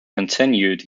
continued